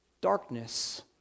darkness